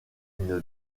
une